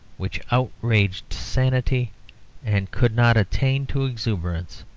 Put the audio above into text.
which outraged sanity and could not attain to exuberance,